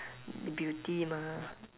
beauty mah